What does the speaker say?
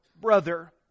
Brother